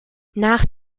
nach